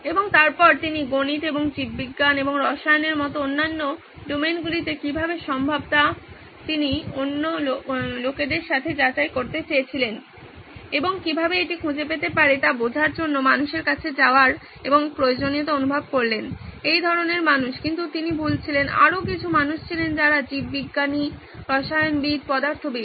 এবং তারপর তিনি গণিত এবং জীববিজ্ঞান এবং রসায়নের মতো অন্যান্য ডোমেইনগুলিতে কীভাবে সম্ভব তা তিনি অন্য লোকদের সাথে যাচাই করতে চেয়েছিলেন এবং কীভাবে এটি খুঁজে পেতে পারে তা বোঝার জন্য মানুষের কাছে যাওয়ার এবং প্রয়োজনীয়তা অনুভব করলেন এই ধরনের মানুষ কিন্তু তিনি ভুল ছিলেন আরও কিছু মানুষ ছিলেন যারা জীববিজ্ঞানী রসায়নবিদ পদার্থবিদ